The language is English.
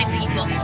people